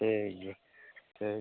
ᱴᱷᱤᱠ ᱜᱮᱭᱟ ᱴᱷᱤᱠ ᱜᱮᱭᱟ